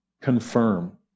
confirm